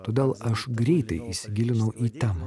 todėl aš greitai įsigilinau į temą